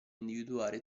individuare